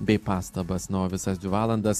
bei pastabas nu o visas dvi valandas